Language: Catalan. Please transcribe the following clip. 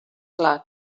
clar